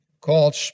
called